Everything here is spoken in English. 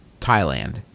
Thailand